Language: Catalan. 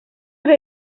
hora